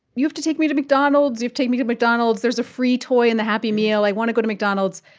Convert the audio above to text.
you have to take me to mcdonald's. you have to take me to mcdonald's. there's a free toy in the happy meal. i want to go to mcdonald's.